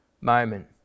moment